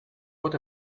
what